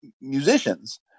musicians